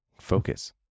focus